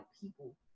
people